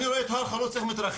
אני רואה הר חרוץ מתרחב,